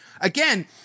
Again